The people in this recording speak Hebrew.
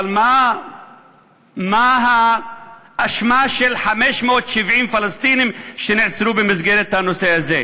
אבל מה האשמה של 570 פלסטינים שנעצרו במסגרת הנושא הזה,